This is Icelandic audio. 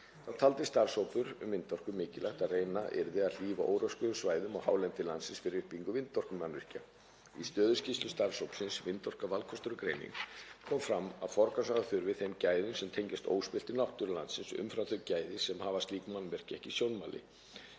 taldi starfshópur um vindorku mikilvægt að reynt yrði að hlífa óröskuðum svæðum og hálendi landsins fyrir uppbyggingu vindorkumannvirkja. Í stöðuskýrslu starfshópsins, Vindorka – valkostur og greining, kom fram að forgangsraða þurfi þeim gæðum sem tengjast óspilltri náttúru landsins umfram þau gæði að hafa slík mannvirki ekki í sjónmáli